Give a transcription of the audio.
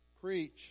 preach